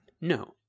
No